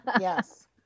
Yes